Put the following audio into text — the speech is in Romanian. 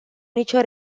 nicio